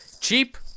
cheap